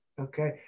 okay